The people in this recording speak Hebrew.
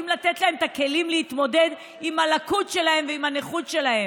אם לתת להם את הכלים להתמודד עם הלקות שלהם ועם הנכות שלהם.